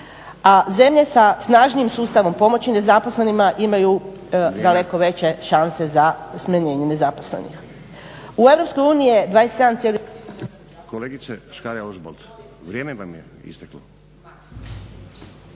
zemlje sa snažnim sustavom pomoći nezaposlenima imaju daleko veće šanse za smanjenje nezaposlenih.